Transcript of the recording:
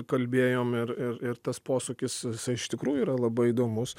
kalbėjom ir ir ir tas posūkis jisai iš tikrųjų yra labai įdomus